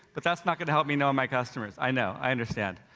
but that's not gonna help me know my customers. i know, i understand.